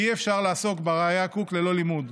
כי אי-אפשר לעסוק בראי"ה קוק ללא לימוד,